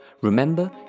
remember